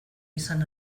izan